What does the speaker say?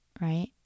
right